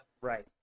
Right